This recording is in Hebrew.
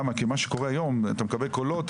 מה שקורה היום הוא שאתה מקבל קולות,